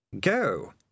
go